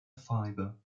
fibre